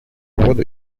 воду